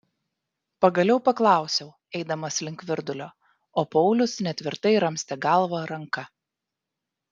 pagaliau paklausiau eidamas link virdulio o paulius netvirtai ramstė galvą ranka